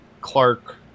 Clark